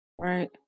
Right